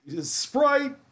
Sprite